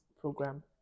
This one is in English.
program